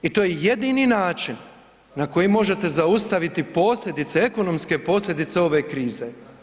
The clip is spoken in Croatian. I to je jedini način na koji možete zaustaviti posljedice, ekonomske posljedice ove krize.